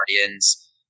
Guardians